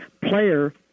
player